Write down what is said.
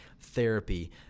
therapy